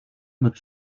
mit